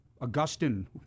Augustine